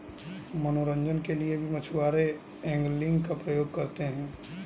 मनोरंजन के लिए भी मछुआरे एंगलिंग का प्रयोग करते हैं